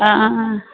हँ